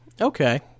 Okay